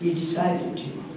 decided to.